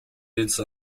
dienst